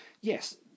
Yes